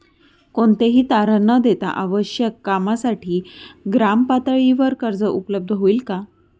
कोणतेही तारण न देता आवश्यक कामासाठी ग्रामपातळीवर कर्ज उपलब्ध होईल का?